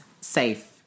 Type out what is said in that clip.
safe